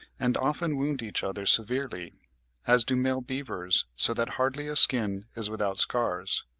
and often wound each other severely as do male beavers, so that hardly a skin is without scars.